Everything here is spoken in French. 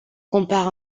compare